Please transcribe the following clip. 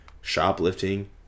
shoplifting